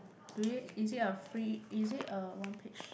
do it is it a free is it a one page